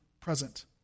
present